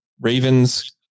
Ravens